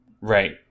Right